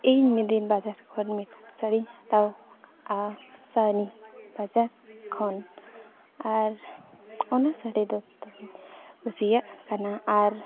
ᱤᱧ ᱢᱤᱫ ᱫᱤᱱ ᱵᱟᱡᱟᱨ ᱠᱷᱚᱱ ᱢᱤᱫ ᱥᱟᱹᱲᱤᱧ ᱦᱟᱛᱟᱣ ᱟᱨ ᱥᱟᱭᱚᱱᱤ ᱵᱟᱡᱟᱨ ᱠᱷᱚᱱ ᱟᱨ ᱚᱱᱟ ᱥᱟᱹᱲᱤ ᱡᱚᱛᱚ ᱠᱚ ᱠᱩᱥᱤᱭᱟᱜ ᱠᱟᱱᱟ ᱟᱨ